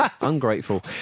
ungrateful